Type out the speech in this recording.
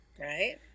right